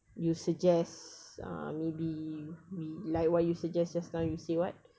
you suggest uh maybe we like what you suggest just now you say what